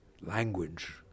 language